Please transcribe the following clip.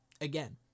again